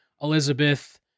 Elizabeth